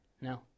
No